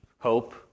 Hope